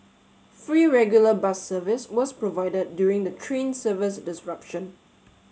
free regular bus service was provided during the train service disruption